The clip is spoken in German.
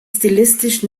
stilistisch